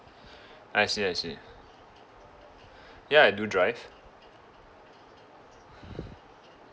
I see I see ya I do drive